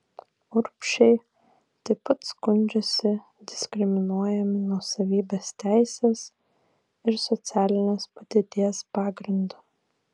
urbšiai taip pat skundžiasi diskriminuojami nuosavybės teisės ir socialinės padėties pagrindu